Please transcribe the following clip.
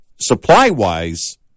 supply-wise